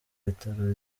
bitaro